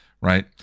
right